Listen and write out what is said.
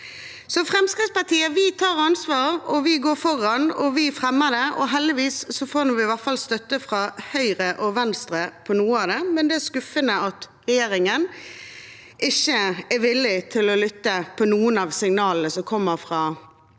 Fremskrittspartiet tar ansvar, vi går foran, og vi fremmer det. Heldigvis får vi støtte fra Høyre og Venstre på i hvert fall noe av det, men det er skuffende at regjeringen ikke er villig til å lytte til noen av signalene som kommer fra